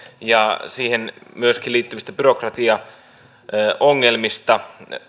ja myöskin siihen liittyvistä byrokratiaongelmista